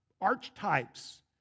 archetypes